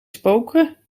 spoken